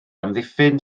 amddiffyn